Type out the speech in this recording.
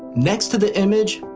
next to the image,